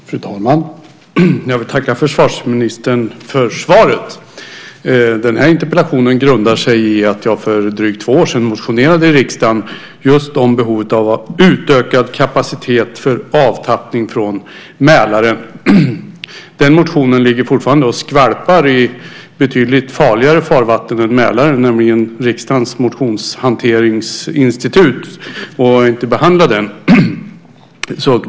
Fru talman! Jag vill tacka försvarsministern för svaret. Den här interpellationen grundar sig i att jag för drygt två år sedan motionerade i riksdagen om just behovet av utökad kapacitet för avtappning från Mälaren. Den motionen ligger fortfarande och skvalpar i betydligt farligare farvatten än Mälaren, nämligen riksdagens motionshanteringsinstitut där den inte behandlats.